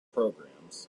programs